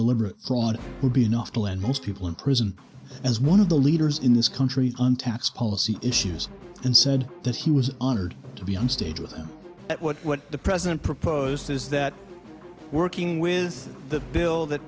deliberate fraud would be enough to land most people in prison as one of the leaders in this country and tax policy issues and said that he was honored to be on stage with them at what the president proposed is that working with the bill that